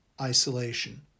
isolation